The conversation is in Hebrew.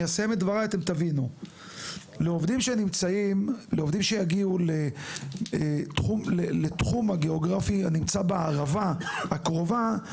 לעובדים שיגיעו לתחום הגיאוגרפי הנמצא בערבה הקרובה,